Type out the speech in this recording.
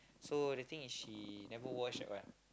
so the thing is she never wash that one